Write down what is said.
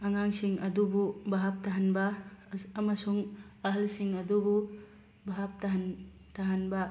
ꯑꯉꯥꯡꯁꯤꯡ ꯑꯗꯨꯕꯨ ꯚꯥꯞ ꯇꯥꯍꯟꯕ ꯑꯃꯁꯨꯡ ꯑꯍꯜꯁꯤꯡ ꯑꯗꯨꯕꯨ ꯚꯥꯞ ꯇꯥꯍꯟ ꯇꯥꯍꯟꯕ